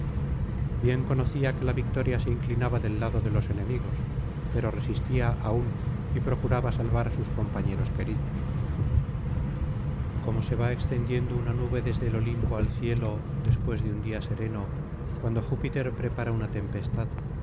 bien conocía que la victoria se inclinaba del lado de los enemigos pero resistía aún y procuraba salvar á sus compañeros queridos como se va extendiendo una nube desde el olimpo al cielo después de un día sereno cuando júpiter prepara una tempestad